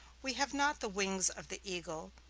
we have not the wings of the eagle,